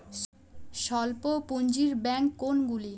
স্বল্প পুজিঁর ব্যাঙ্ক কোনগুলি?